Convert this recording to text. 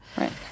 right